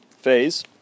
phase